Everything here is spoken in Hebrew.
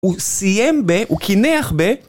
הוא סיים ב... הוא קינח ב...